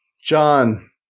John